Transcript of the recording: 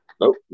no